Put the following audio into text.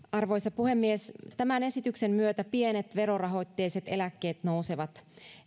arvoisa puhemies tämän esityksen myötä pienet verorahoitteiset eläkkeet nousevat